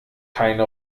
keine